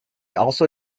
also